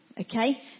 okay